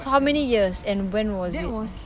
so how many years and when was it